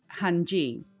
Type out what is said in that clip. Hanji